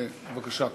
בבקשה.